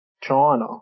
China